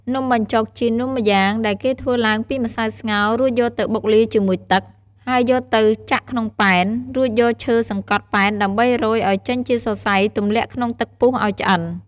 នំបញ្ចុកជានំម្យ៉ាងដែលគេធ្វើឡើងពីម្សៅស្ងោររួចយកទៅបុកលាយជាមួយទឹក ហើយយកទៅចាក់ក្នុងប៉ែន រួចយកឈើសង្កត់ប៉ែនដើម្បីរោយឱ្យចេញជាសរសៃទម្លាក់ក្នុងទឹកពុះឱ្យឆ្អិន។